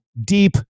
deep